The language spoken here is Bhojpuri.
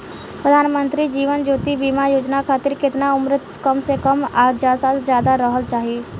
प्रधानमंत्री जीवन ज्योती बीमा योजना खातिर केतना उम्र कम से कम आ ज्यादा से ज्यादा रहल चाहि?